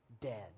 dead